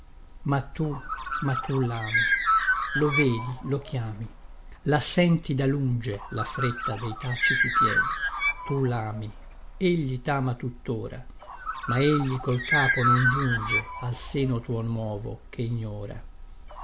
ma tu ma tu lami lo vedi lo chiami la senti da lunge la fretta dei taciti piedi tu lami egli tama tuttora ma egli col capo non giunge al seno tuo nuovo che ignora